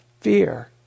fear